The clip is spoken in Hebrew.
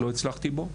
לא הצלחתי בו,